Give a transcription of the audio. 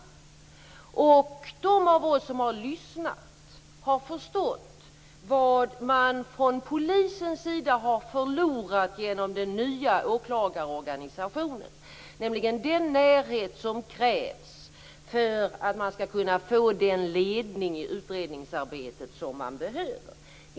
De av oss som har lyssnat har förstått vad man från polisens sida har förlorat genom den nya åklagarorganisationen, nämligen den närhet som krävs för att man skall kunna få den ledning i utredningsarbetet som man behöver.